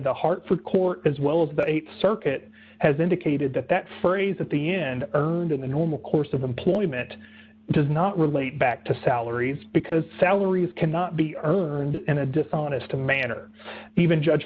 the hartford court as well as the th circuit has indicated that that phrase at the end earned in the normal course of employment does not relate back to salaries because salaries cannot be earned in a dishonest a manner even judge